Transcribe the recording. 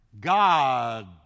god